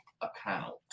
account